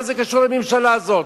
מה זה קשור לממשלה הזאת?